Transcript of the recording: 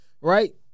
right